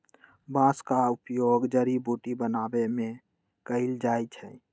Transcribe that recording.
बांस का उपयोग जड़ी बुट्टी बनाबे में कएल जाइ छइ